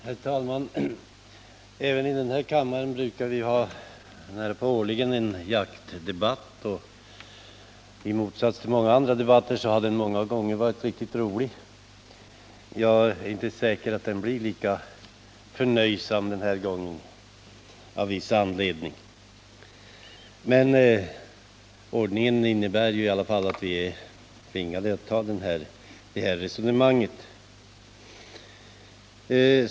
Herr talman! Även i denna kammare brukar vi årligen ha en jaktdebatt, och i motsats till många andra debatter har den ofta varit riktigt rolig. Jag är emellertid, av viss anledning, inte säker på att den blir lika förnöjsam den här gången, men ordningen innebär i alla fall att vi är tvingade att ta det här resonemanget.